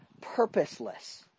purposeless